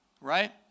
right